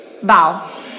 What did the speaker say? Bow